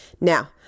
Now